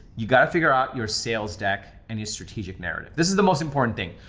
you gotta figure out your sales deck and your strategic narrative. this is the most important thing.